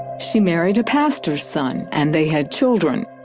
she married a pastor's son and they had children.